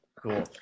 Cool